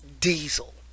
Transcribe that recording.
Diesel